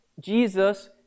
Jesus